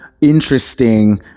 interesting